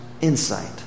insight